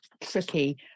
tricky